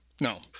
No